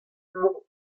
mañ